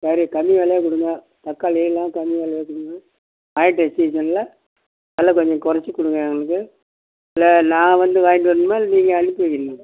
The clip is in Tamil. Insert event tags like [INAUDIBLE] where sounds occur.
சரி கம்மி விலையா கொடுங்க தக்காளி எல்லாம் கம்மி விலையா கொடுங்க [UNINTELLIGIBLE] சீசனில் விலை கொஞ்சம் கொறச்சு கொடுங்க எங்களுக்கு இல்லை நான் வந்து வாங்கிவிட்டு வரணுமா இல்லை நீங்கள் அனுப்பி வைக்கிறீங்களா